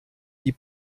die